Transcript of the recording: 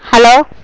hello